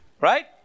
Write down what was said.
right